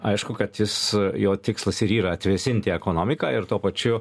aišku kad jis jo tikslas ir yra atvėsinti ekonomiką ir tuo pačiu